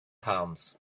palms